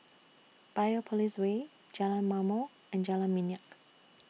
Biopolis Way Jalan Ma'mor and Jalan Minyak